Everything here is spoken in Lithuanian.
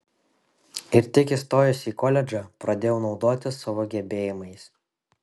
ir tik įstojusi į koledžą pradėjau naudotis savo gebėjimais